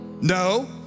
No